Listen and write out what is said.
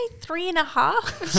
three-and-a-half